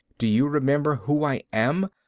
do you remember who i am?